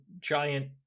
giant